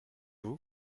vous